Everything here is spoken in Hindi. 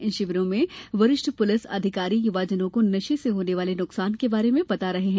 इन शिविरों में वरिष्ठ पुलिस अधिकारी युवाजनों को नशे से होने वाले नुकसान के बारे में बता रहे हैं